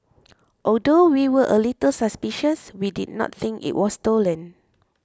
although we were a little suspicious we did not think it was stolen